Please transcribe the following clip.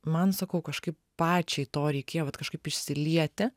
man sakau kažkaip pačiai to reikėjo vat kažkaip išsilieti